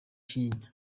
kinyinya